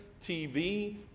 TV